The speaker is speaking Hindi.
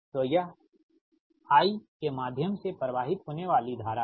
तो यह I I के माध्यम से प्रवाहित होने वाली धारा है